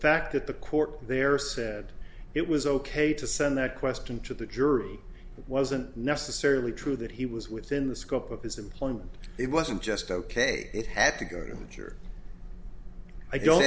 fact that the court there said it was ok to send that question to the jury wasn't necessarily true that he was within the scope of his employment it wasn't just ok it had to go to mature i don't